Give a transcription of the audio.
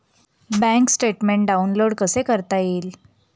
Bank statement download कसे करता येईल?